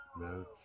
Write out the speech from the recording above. No